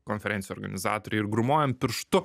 konferencijų organizatoriai ir grūmojam pirštu